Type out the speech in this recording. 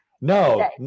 No